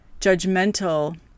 judgmental